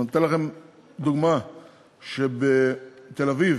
אתן לכם דוגמה שבתל-אביב,